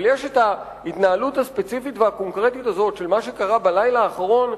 אבל יש ההתנהלות הספציפית והקונקרטית הזאת של מה שקרה בלילה האחרון,